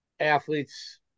athletes